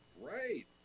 Right